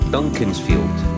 Duncansfield